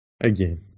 Again